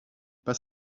pas